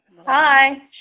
Hi